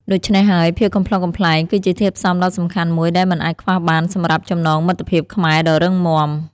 ដូច្នេះហើយ ភាពកំប្លុកកំប្លែងគឺជាធាតុផ្សំដ៏សំខាន់មួយដែលមិនអាចខ្វះបានសម្រាប់ចំណងមិត្តភាពខ្មែរដ៏រឹងមាំ។